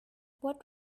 what